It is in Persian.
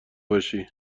باشی